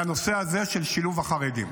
לנושא הזה של שילוב החרדים.